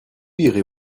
irez